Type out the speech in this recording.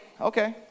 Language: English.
okay